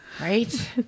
Right